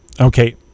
Okay